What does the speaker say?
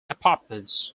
apartments